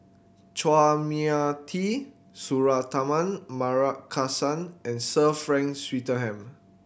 Chua Mia Tee Suratman Markasan and Sir Frank Swettenham